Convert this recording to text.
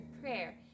prayer